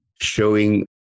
showing